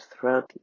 throughout